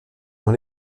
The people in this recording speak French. dans